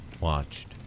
watched